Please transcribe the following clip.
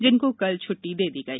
जिनकों कल छ्ट्टी कर दी गई